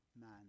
man